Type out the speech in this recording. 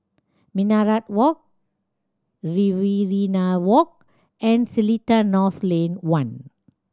Minaret Walk Riverina Walk and Seletar North Lane One